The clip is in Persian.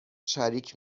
شریک